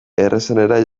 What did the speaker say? errazenera